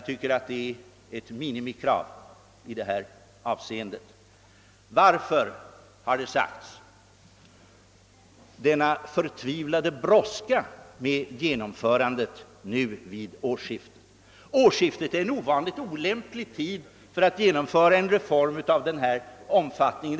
Det är ett minimikrav i detta avseende. Varför, har det frågats, visar man en sådan förtvivlad brådska med ett genomförande vid det kommande årsskiftet? Ett årsskifte är en ovanligt olämplig tid för att genomföra en reform av denna omfattning.